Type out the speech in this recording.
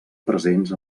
presents